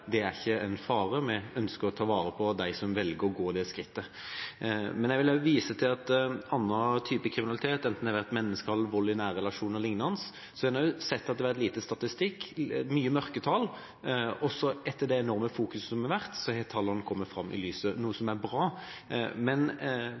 ikke innebærer en fare. Vi ønsker å ta vare på dem som velger å gå til et slikt skritt. Men jeg vil også vise til at for annen type kriminalitet – enten det gjelder menneskehandel, vold i nære relasjoner eller lignende – har en sett at det har vært lite statistikk, store mørketall. Så, etter den enorme fokuseringen som har vært, har tallene kommet fram i lyset, noe som er bra.